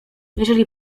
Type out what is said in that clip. jeżeli